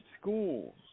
schools